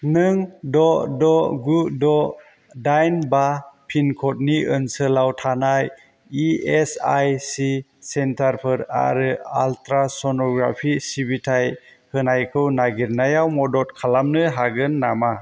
नों द' द' गु द' दाइन बा पिनक'डनि ओनसोलाव थानाय इ एस आइ सि सेन्टारफोर आरो आल्ट्रा सन'ग्राफि सिबिथाय होनायखौ नागिरनायाव मदद खालामनो हागोन नामा